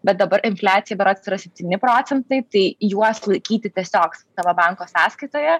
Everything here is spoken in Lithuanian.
bet dabar infliacija berods yra septyni procentai tai juos laikyti tiesiog savo banko sąskaitoje